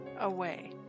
away